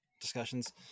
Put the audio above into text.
discussions